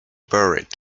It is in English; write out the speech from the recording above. buried